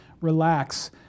relax